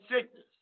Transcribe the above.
sickness